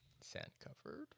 sand-covered